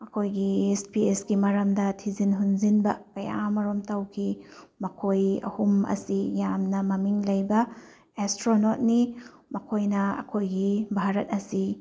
ꯑꯩꯈꯣꯏꯒꯤ ꯁ꯭ꯄꯦꯁꯀꯤ ꯃꯔꯝꯗ ꯊꯤꯖꯤꯟ ꯍꯨꯝꯖꯤꯟꯕ ꯀꯌꯥꯃꯔꯨꯝ ꯇꯧꯈꯤ ꯃꯈꯣꯏ ꯑꯍꯨꯝ ꯑꯁꯤ ꯌꯥꯝꯅ ꯃꯃꯤꯡ ꯂꯩꯕ ꯑꯦꯁꯇ꯭ꯔꯣꯅꯣꯠꯅꯤ ꯃꯈꯣꯏꯅ ꯑꯩꯈꯣꯏꯒꯤ ꯚꯥꯔꯠ ꯑꯁꯤ